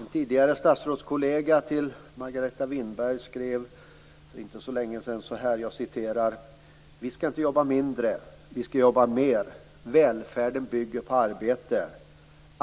En tidigare statsrådskollega till Margareta Winberg skrev för inte så länge sedan: Vi skall inte jobba mindre. Vi skall jobba mer. Välfärden bygger på arbete.